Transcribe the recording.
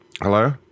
Hello